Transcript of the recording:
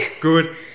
good